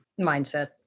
Mindset